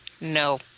No